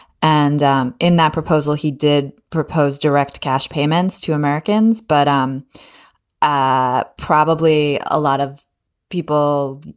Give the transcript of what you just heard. and in that proposal, he did propose direct cash payments to americans. but um ah probably a lot of people,